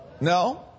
No